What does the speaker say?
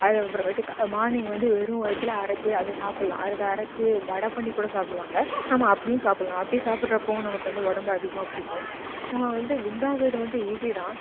அது அப்புறமேட்டுக்க மார்னிங் வந்து வெறும் வயிற்றில அரைச்சு அதை சாப்பிட்லாம் அதுக்கு அரைச்சு வடை பண்ணிக்கூட சாப்பிடுவாங்க நம்ம அப்படியும் சாப்பிட்லாம் அப்படி சாப்பிட்றப்போ நமக்கு வந்து உடம்பு அதிகமாக பிடிக்கும் நம்ம வந்து குண்டாகுகிறது வந்து ஈஸி தான்